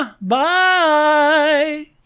Bye